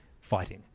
fighting